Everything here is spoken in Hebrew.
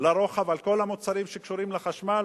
לרוחב על כל המוצרים שקשורים לחשמל?